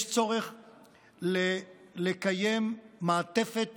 יש צורך לקיים מעטפת